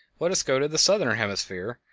let us go to the southern hemisphere,